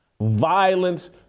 violence